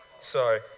Sorry